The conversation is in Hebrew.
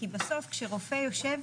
כי בסוף שרופא יושב,